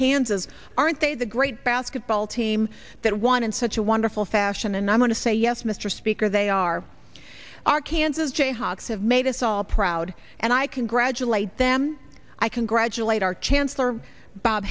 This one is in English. kansas aren't they the great basketball team that won in such a wonderful fashion and i'm going to say yes mr speaker they are our kansas jayhawks have made us all proud and i congratulate them i congratulate our chancellor bob